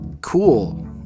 cool